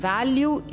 Value